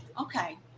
Okay